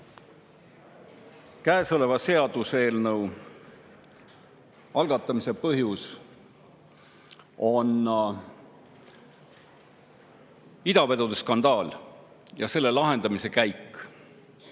Käesoleva seaduseelnõu algatamise põhjus on idavedude skandaal ja selle lahendamise käik.